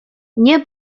nie